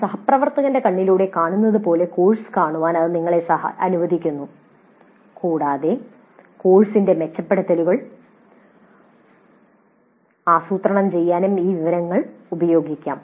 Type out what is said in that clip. ഒരു സഹപ്രവർത്തകന്റെ കണ്ണിലൂടെ കാണുന്നതുപോലെ കോഴ്സ് കാണാൻ ഇത് ഞങ്ങളെ അനുവദിക്കുന്നു കൂടാതെ കോഴ്സിന്റെ മെച്ചപ്പെടുത്തലുകൾ ആസൂത്രണം ചെയ്യാനും ഈ വിവരങ്ങൾ ഉപയോഗിക്കാം